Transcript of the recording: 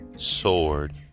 sword